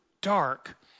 dark